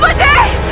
but die!